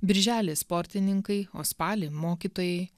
birželį sportininkai o spalį mokytojai